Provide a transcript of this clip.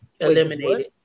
eliminated